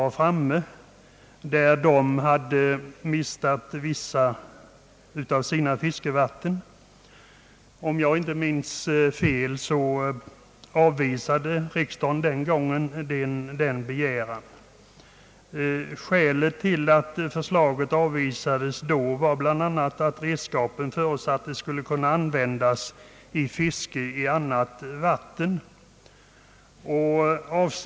Riksdagen behandlade då frågan om inlösen av fiskeredskap, och om jag inte minns fel avvisades denna begäran. Skälen till att förslagen då avvisades var bl.a. att redskapen förutsattes kunna användas vid fiske i annat vatten.